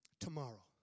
Tomorrow